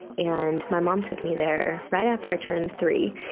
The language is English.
and my mom took me there right after i turned three,